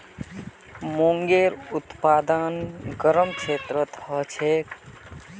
मूंगेर उत्पादन गरम क्षेत्रत ह छेक